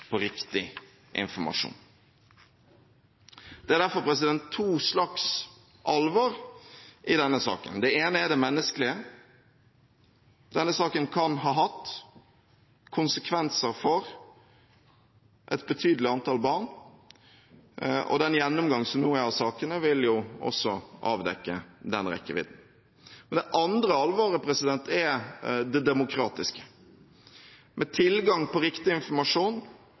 på riktig informasjon. Det er derfor to slags alvor i denne saken. Det ene er det menneskelige. Denne saken kan ha hatt konsekvenser for et betydelig antall barn, og den gjennomgangen som nå er av sakene, vil også avdekke den rekkevidden. Det andre alvoret er det demokratiske. Med tilgang på riktig informasjon